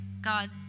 God